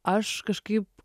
aš kažkaip